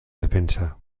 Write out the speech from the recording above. defensa